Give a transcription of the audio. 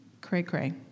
cray-cray